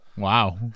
Wow